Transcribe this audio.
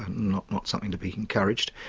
not not something to be encouraged.